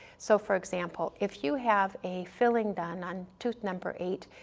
so for example, if you have a filling done on tooth number eight,